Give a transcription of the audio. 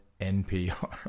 NPR